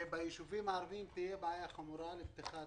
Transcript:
בישובים הערביים תהיה בעיה חמורה לפתיחת